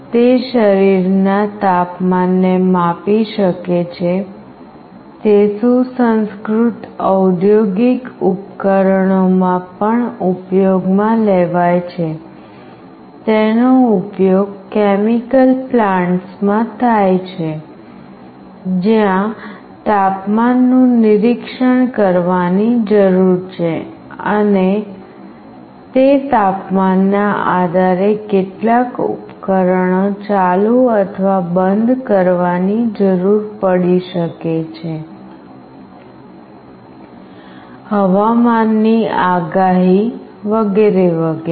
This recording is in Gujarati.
તે શરીરના તાપમાનને માપી શકે છે તે સુસંસ્કૃત ઔધોગિક ઉપકરણોમાં પણ ઉપયોગમાં લેવાય છે તેનો ઉપયોગ કેમિકલ પ્લાન્ટ્સમાં થાય છે જ્યાં તાપમાનનું નિરીક્ષણ કરવાની જરૂર છે અને તે તાપમાનના આધારે કેટલાક ઉપકરણો ચાલુ અથવા બંધ કરવાની જરૂર પડી શકે છે હવામાનની આગાહી વગેરે વગેરે